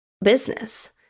business